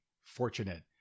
fortunate